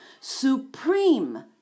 supreme